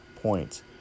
points